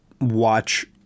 watch